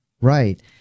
Right